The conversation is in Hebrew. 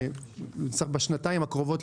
בשנתיים הקרובות,